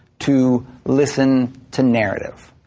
to listen to narrative.